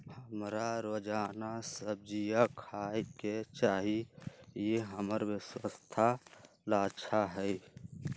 हमरा रोजाना सब्जिया खाय के चाहिए ई हमर स्वास्थ्य ला अच्छा हई